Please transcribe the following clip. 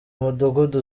umudugudu